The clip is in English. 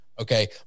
okay